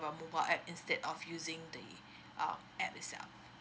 the mobile app instead of using the um app itself